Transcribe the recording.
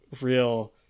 real